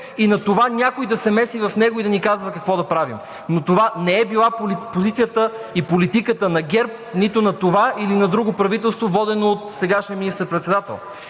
и на това някой да се меси в него и да ни казва какво да правим, но това не е била позицията и политиката на ГЕРБ, нито на това или на друго правителство, водено от сегашния министър председател.